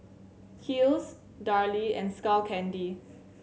Kiehl's Darlie and Skull Candy